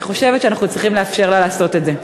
אני חושבת שאנחנו צריכים לאפשר לה לעשות את זה.